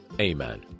Amen